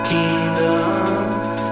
Kingdom